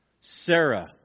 Sarah